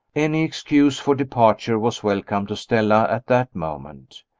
any excuse for departure was welcome to stella at that moment.